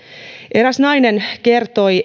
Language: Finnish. eräs nainen kertoi